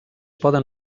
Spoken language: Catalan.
poden